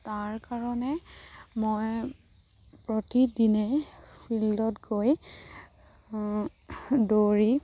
তাৰ কাৰণে মই প্ৰতিদিনে ফিল্ডত গৈ দৌৰি